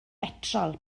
betrol